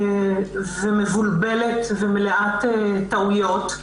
מבולבלת ומלאת טעויות.